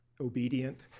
obedient